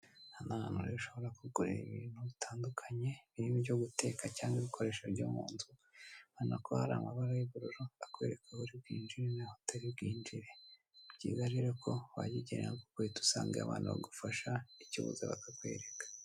Aha ni ahantu rero ushobora kugura ibintu bitandukanye birimo ibyo guteka cyangwa ibikoresho byo munzu urabibona ko hari amabara y'ubururu akwereka aho uri bwinjire naho utari bwinjire. Ni byiza ko wajya ugerayo ugahita usangayo abantu bagufasha icyo ubuze bakakwereka.